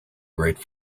great